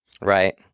Right